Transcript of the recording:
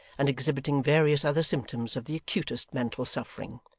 and exhibiting various other symptoms of the acutest mental suffering.